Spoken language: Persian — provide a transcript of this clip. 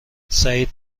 سعید